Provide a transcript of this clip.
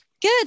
Good